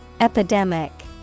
Epidemic